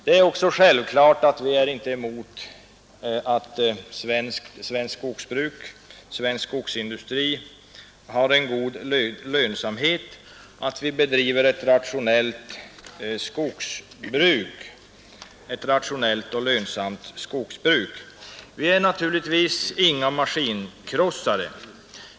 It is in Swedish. Vi är självklart inte emot att svensk skogsindustri har en god lönsamhet, att ett rationellt och lönsamt skogsbruk bedrivs. Vi är naturligtvis inga maskinkrossare.